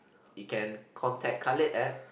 you can contact Khalid at